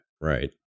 right